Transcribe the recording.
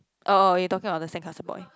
oh you talking about the sandcastle boy